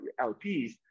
LPs